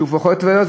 שהוא פוחת והולך?